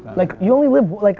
like you only live, like